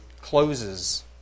closes